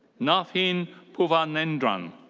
naavheen puvanendran.